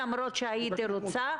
למרות שהייתי רוצה,